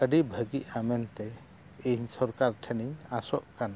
ᱟᱹᱰᱤ ᱵᱷᱟᱹᱜᱤ ᱟᱢᱮᱱ ᱛᱮ ᱤᱧ ᱥᱚᱨᱠᱟᱨ ᱴᱷᱮᱱᱤᱧ ᱟᱥᱚᱜ ᱠᱟᱱᱟ